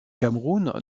cameroun